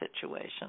situation